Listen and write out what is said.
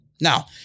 Now